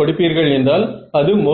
உருவாக்க நான் என்ன செய்யவேண்டும்